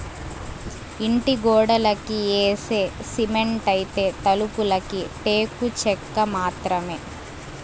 ఇంటి గోడలకి యేసే సిమెంటైతే, తలుపులకి టేకు చెక్క మాత్రమే